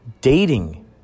Dating